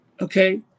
okay